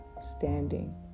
standing